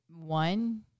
One